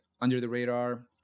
under-the-radar